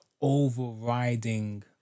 overriding